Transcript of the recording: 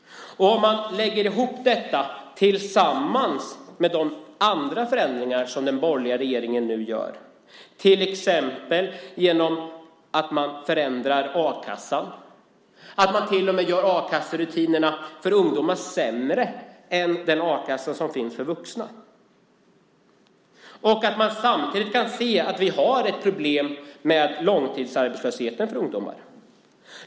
Detta kan man lägga ihop med de andra förändringar som den borgerliga regeringen nu genomför, till exempel att man förändrar a-kassan, att man till och med gör a-kasserutinerna för ungdomar sämre än den a-kassa som finns för vuxna. Samtidigt kan man se att vi har ett problem med långtidsarbetslösheten för ungdomar.